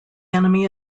enemy